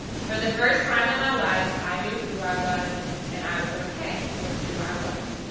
for the first time in my life i knew who i was and i was okay with who i was.